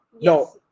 no